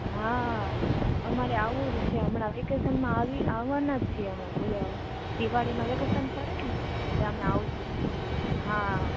હા અમારે આવુજ છે હમણાં વેકેસનમાં આવાનાજ છીએ અમે દિવાળીનું વેકેશન પળેને એટલે અમે આવશું હા